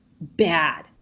bad